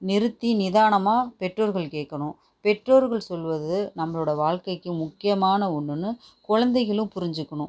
நிறுத்தி நிதானமாக பெற்றோர்கள் கேட்கணும் பெற்றோர்கள் சொல்வது நம்மளோட வாழ்க்கைக்கு முக்கியமான ஒன்றுன்னு குழந்தைகளும் புரிஞ்சுக்கணும்